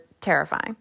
terrifying